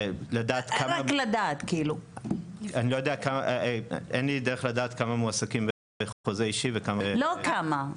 אין לי דרך לדעת כמה מועסקים דרך חוזה אישי -- לא כמה.